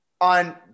on